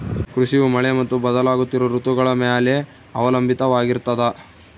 ಕೃಷಿಯು ಮಳೆ ಮತ್ತು ಬದಲಾಗುತ್ತಿರೋ ಋತುಗಳ ಮ್ಯಾಲೆ ಅವಲಂಬಿತವಾಗಿರ್ತದ